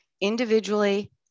individually